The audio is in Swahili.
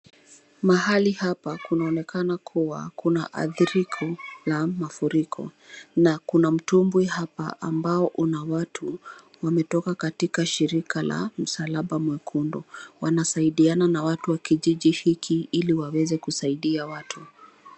Mahali hapa kunaonekana kuwa kuna adhiriko la mafuriko na kuna mtumbwi hapa ambao una watu wametoka katika shirika la msalaba mwekunud, wanasaidiana na watu wa kijiji hiki ili waweze kusaidia watu.